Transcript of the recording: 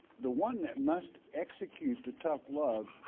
the one that must execute the tough love,